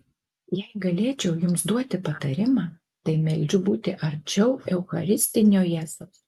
jei galėčiau jums duoti patarimą tai meldžiu būti arčiau eucharistinio jėzaus